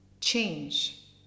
change